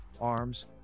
arms